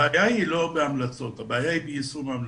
הבעיה היא לא בהמלצות אלא ביישום ההמלצות.